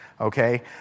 Okay